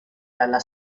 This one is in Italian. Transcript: dalla